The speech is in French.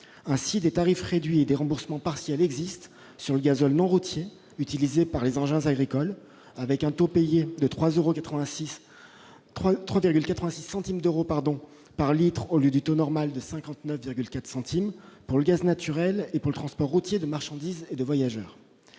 Ainsi, des tarifs réduits et des remboursements partiels existent sur le gazole non routier utilisé par les engins agricoles, avec un taux payé de 3,86 centimes d'euros par litre au lieu du taux normal de 59,4 centimes d'euros, pour le gaz naturel et pour le transport routier de marchandises et de voyageurs.